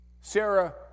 Sarah